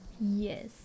Yes